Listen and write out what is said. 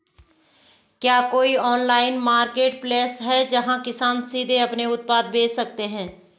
क्या कोई online marketplace है, जहां किसान सीधे अपने उत्पाद बेच सकते हैं?